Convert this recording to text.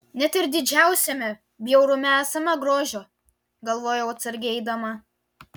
net ir didžiausiame bjaurume esama grožio galvojau atsargiai eidama